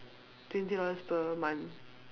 twenty dollars per month